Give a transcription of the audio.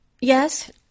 Yes